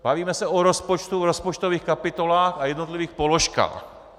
Bavíme se o rozpočtu v rozpočtových kapitolách a jednotlivých položkách.